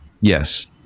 Yes